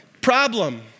Problem